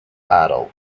idle